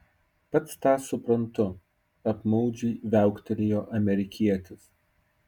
pats tą suprantu apmaudžiai viauktelėjo amerikietis